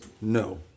no